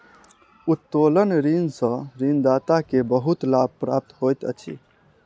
उत्तोलन ऋण सॅ ऋणदाता के बहुत लाभ प्राप्त होइत अछि